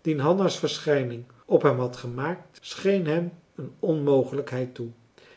dien hanna's verschijning op hem had gemaakt scheen hem een onmogelijkheid toe